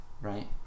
right